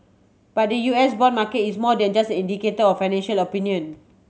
but the U S bond market is more than just indicator financial opinion